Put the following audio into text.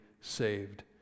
saved